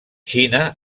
xina